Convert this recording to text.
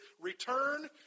return